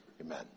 amen